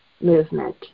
movement